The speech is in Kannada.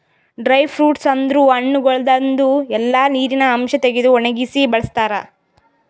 ಡ್ರೈ ಫ್ರೂಟ್ಸ್ ಅಂದುರ್ ಹಣ್ಣಗೊಳ್ದಾಂದು ಎಲ್ಲಾ ನೀರಿನ ಅಂಶ ತೆಗೆದು ಒಣಗಿಸಿ ಬಳ್ಸತಾರ್